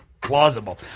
plausible